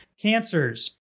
cancers